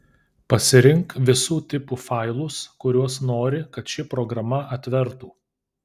pasirink visų tipų failus kuriuos nori kad ši programa atvertų